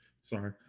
Sorry